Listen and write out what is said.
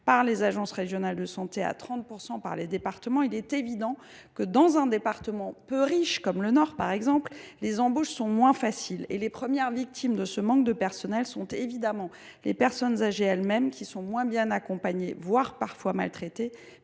par les agences régionales de santé et à 30 % par les départements, il est évident que dans un département peu riche comme le Nord les embauches sont moins faciles. Les premières victimes de ce manque de personnel sont évidemment les personnes âgées elles mêmes, qui sont moins bien accompagnées, voire parfois maltraitées,